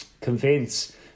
convince